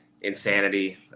insanity